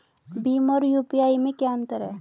भीम और यू.पी.आई में क्या अंतर है?